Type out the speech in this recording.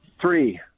three